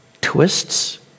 twists